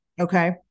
Okay